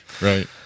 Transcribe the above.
Right